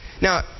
Now